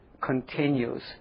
continues